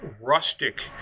rustic